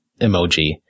emoji